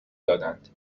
دادند